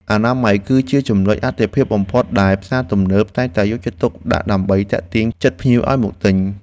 អនាម័យគឺជាចំណុចអាទិភាពបំផុតដែលផ្សារទំនើបតែងតែយកចិត្តទុកដាក់ដើម្បីទាក់ទាញចិត្តភ្ញៀវឱ្យមកទិញ។